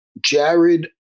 Jared